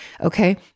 Okay